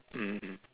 mm